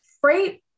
Freight